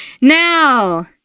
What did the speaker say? Now